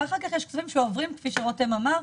אחר כך יש כספים שעוברים, כפי שרותם אמר,